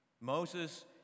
Moses